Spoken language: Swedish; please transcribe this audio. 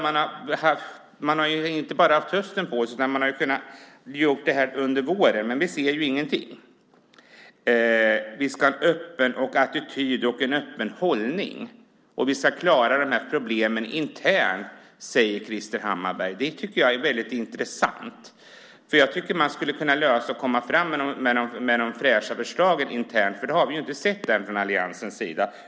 Man har inte bara haft hösten på sig, utan man hade kunnat göra det under våren. Men vi ser ingenting. Vi ska ha en öppen attityd och hållning och klara problemen internt, säger Krister Hammarbergh. Det tycker jag är väldigt intressant. Man skulle internt kunna komma fram med några fräscha förslag. De har vi inte sett än från alliansens sida.